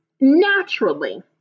naturally